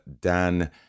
dan